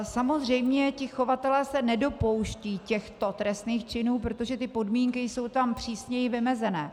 Samozřejmě ti chovatelé se nedopouštějí těchto trestných činů, protože podmínky jsou tam přísněji vymezené.